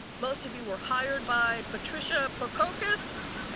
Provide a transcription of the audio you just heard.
most of you were hired by patricia prakokis.